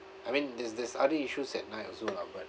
I mean there's there's other issues at night also lah but